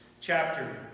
chapter